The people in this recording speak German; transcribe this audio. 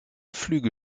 flüge